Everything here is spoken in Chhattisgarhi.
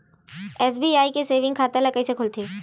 एस.बी.आई के सेविंग खाता कइसे खोलथे?